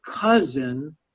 cousin